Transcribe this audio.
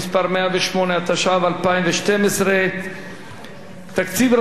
התשע"ב 2012. תקציב רשות השידור מבוסס